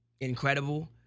incredible